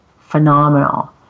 phenomenal